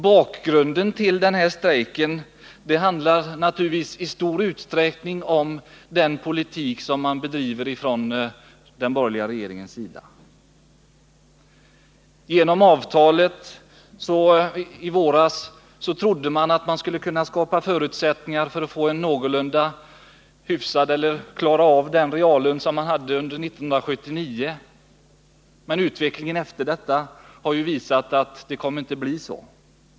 Bakgrunden till denna strejk är i stor utsträckning den politik som den borgerliga regeringen bedrivit. Genom avtalet i våras trodde arbetstagarna att de skulle klara av att behålla den reallön de hade under 1979. Men utvecklingen har visat att det inte kommer att bli så.